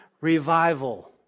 revival